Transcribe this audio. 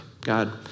God